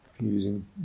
using